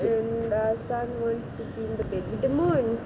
um err sun wants to be in the bed with the moon